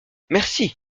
merci